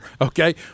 Okay